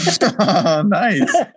Nice